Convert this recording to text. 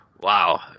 wow